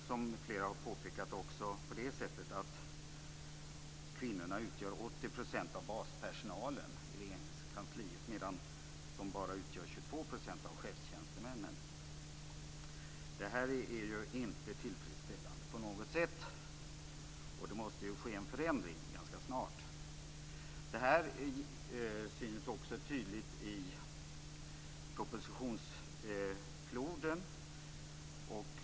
Som flera har påpekat utgör kvinnorna 80 % av baspersonalen i Regeringskansliet medan de bara utgör 22 % av chefstjänstemännen. Det här är inte på något sätt tillfredsställande, och det måste ganska snart ske en förändring. Detta syns tydligt i propositionsfloden.